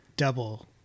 Double